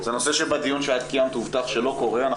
זה נושא שבדיון שאת קיימת הובטח שלא קורה.